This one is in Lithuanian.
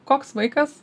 koks vaikas